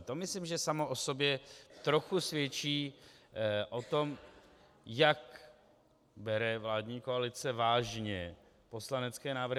To myslím, že samo o sobě trochu svědčí o tom, jak bere vládní koalice vážně poslanecké návrhy.